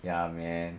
ya man